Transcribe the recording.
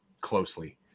closely